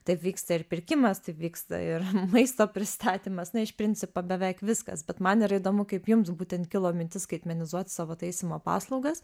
taip vyksta ir pirkimas taip vyksta ir maisto pristatymas ne iš principo beveik viskas bet man yra įdomu kaip jums būtent kilo mintis skaitmenizuot savo taisymo paslaugas